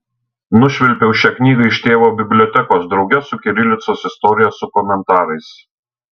nušvilpiau šią knygą iš tėvo bibliotekos drauge su kirilicos istorija su komentarais